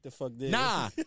Nah